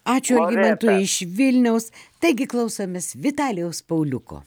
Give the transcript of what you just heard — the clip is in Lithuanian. ačiū algimantui iš vilniaus taigi klausomės vitalijaus pauliuko